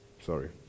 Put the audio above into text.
Sorry